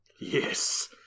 Yes